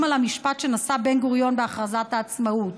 על המשפט שנשא בן-גוריון בהכרזת העצמאות: